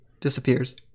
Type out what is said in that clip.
disappears